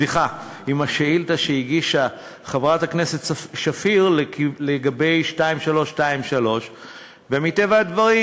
שהגישה חברת הכנסת שפיר לגבי 2323. מטבע הדברים,